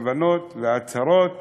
הכוונות וההצהרות